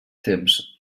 temps